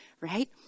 right